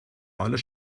aller